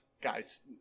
guys